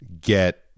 get